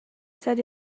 said